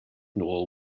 nôl